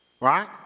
Right